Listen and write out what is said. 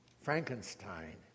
Frankenstein